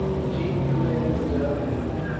the chief command was out of reach.